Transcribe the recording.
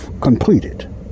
completed